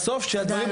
בבקשה, רועי פוליטי.